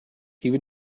even